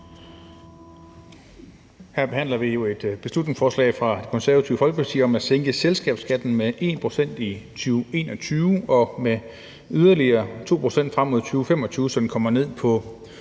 Her behandler vi jo et beslutningsforslag fra Det Konservative Folkeparti om at sænke selskabsskatten med 1 pct. i 2021 og med yderligere 2 pct. frem mod 2025, så den kommer ned på